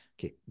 okay